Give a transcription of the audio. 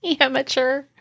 Amateur